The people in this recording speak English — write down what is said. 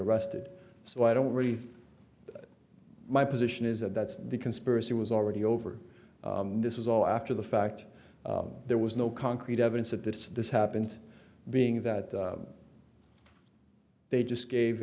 arrested so i don't really my position is that that's the conspiracy was already over this was all after the fact there was no concrete evidence of that this happened being that they just gave